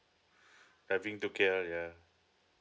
having to K_L yeah